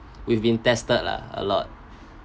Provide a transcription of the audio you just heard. we've been tested lah a lot